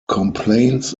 complaints